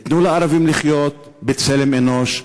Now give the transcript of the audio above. תנו לערבים לחיות בצלם אנוש,